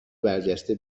برجسته